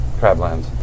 Crablands